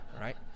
Right